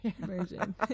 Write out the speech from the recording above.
version